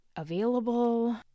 available